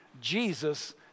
Jesus